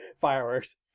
Fireworks